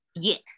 yes